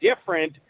different